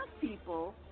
people